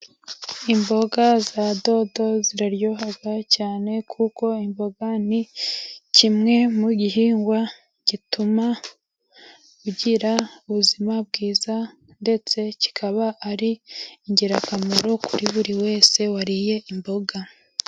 Imboga za dodo ziraryoha cyane kuko imboga ni kimwe mu gihingwa gituma ugira ubuzima bwiza, ndetse kikaba ari ingirakamaro kuri buri wese wariye imboga.